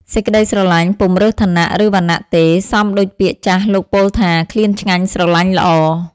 សេចក្ដីស្រលាញ់ពុំរើសឋានៈ ឬ វណ្ណៈទេ សមដូចពាក្យចាស់លោកពោលថា ឃ្លានឆ្ងាញ់ ស្រលាញ់ល្អ ។